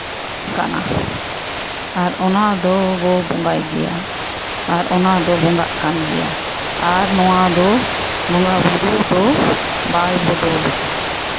ᱠᱟᱱᱟ ᱟᱨ ᱚᱱᱟᱫᱚ ᱵᱚᱸᱜᱟᱭ ᱜᱮᱭᱟ ᱟᱨ ᱚᱱᱟᱫᱚ ᱵᱚᱸᱜᱟᱜ ᱠᱟᱱ ᱜᱮᱭᱟ ᱟᱨ ᱱᱚᱣᱟ ᱫᱚ ᱵᱚᱸᱜᱟᱼᱵᱩᱨᱩ ᱫᱚ ᱵᱟᱭ ᱵᱚᱫᱚᱞᱚᱜᱼᱟ